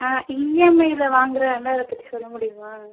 ஆ இஎம்ஐயில் வாங்கிறதா இருந்தால் அதை பற்றி சொல்ல முடியுமா